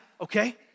okay